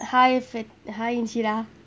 hi fit~ hi inshira